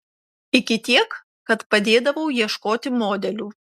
iki tiek kad padėdavau ieškoti modelių